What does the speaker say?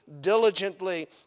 diligently